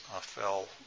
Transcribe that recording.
fell